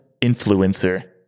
influencer